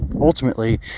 ultimately